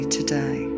today